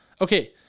Okay